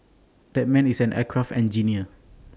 that man is an aircraft engineer